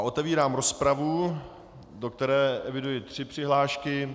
Otevírám rozpravu, do které eviduji tři přihlášky.